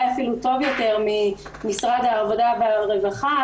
אפילו טוב יותר ממשרד העבודה והרווחה,